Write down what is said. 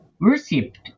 worshipped